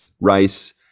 rice